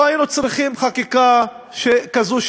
לא היינו צריכים חקיקה שכזו,